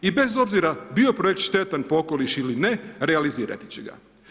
I bez obzira bio projekt štetan po okoliš ili ne realizirati će ga.